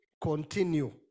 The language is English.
continue